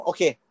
Okay